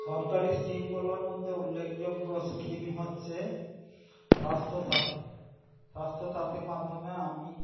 সরকারি স্কিমগুলোর মধ্যে উল্লেখযোগ্য স্কিম হচ্ছে স্বাস্থ্য সাথি স্বাস্থ্য সাথির মাধ্যমে আমি